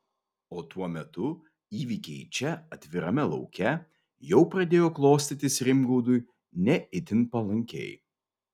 o tuo metu įvykiai čia atvirame lauke jau pradėjo klostytis rimgaudui ne itin palankiai